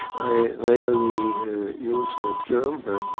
rarely use the term, but,